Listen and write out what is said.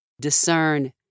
discern